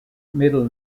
middle